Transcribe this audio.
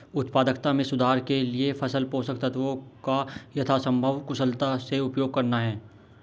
उत्पादकता में सुधार के लिए फसल पोषक तत्वों का यथासंभव कुशलता से उपयोग करना है